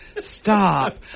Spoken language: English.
Stop